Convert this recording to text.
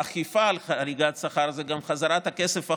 האכיפה על חריגת שכר זה גם חזרת הכסף אחורה.